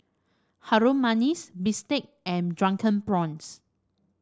Harum Manis bistake and Drunken Prawns